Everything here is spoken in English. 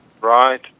right